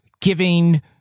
giving